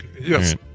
Yes